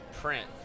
print